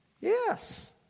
Yes